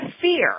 fear